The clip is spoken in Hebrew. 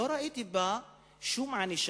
לא ראיתי בה שום ענישה,